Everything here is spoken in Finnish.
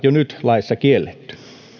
jo nyt laissa kielletty